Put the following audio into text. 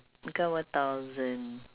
become one thousand